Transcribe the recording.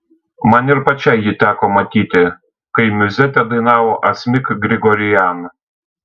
man ir pačiai jį teko matyti kai miuzetę dainavo asmik grigorian